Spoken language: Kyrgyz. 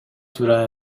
туура